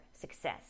success